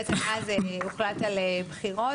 אז הוחלט על בחירות,